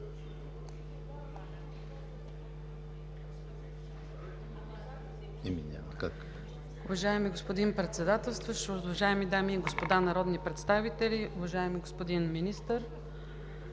АТАНАСОВ (ОП): Уважаеми господин Председателю, уважаеми дами и господа народни представители, уважаеми господа министри!